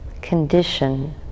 condition